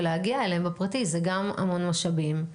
ולהגיע אליהם בפרטי זה גם המון משאבים,